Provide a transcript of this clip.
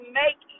make